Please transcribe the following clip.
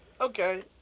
Okay